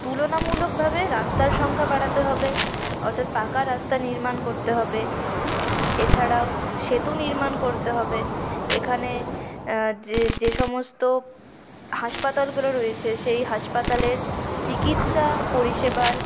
তুলনামূলকভাবে রাস্তার সংখ্যা বাড়াতে হবে অর্থাৎ পাকা রাস্তা নির্মাণ করতে হবে এছাড়াও সেতু নির্মাণ করতে হবে এখানে যে যে সমস্ত হাসপাতালগুলো রয়েছে সেই হাসপাতালের চিকিৎসা পরিষেবার